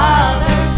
Father